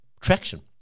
traction